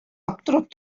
аптырап